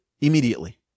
immediately